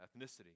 ethnicity